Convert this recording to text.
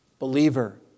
believer